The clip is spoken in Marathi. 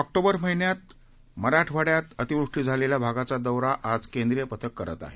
ऑक्टोबरमहिन्यातमराठवाड्यातअतिवृष्टीझालेल्याभागाचादौरा आजकेंद्रीयपथककरतआहे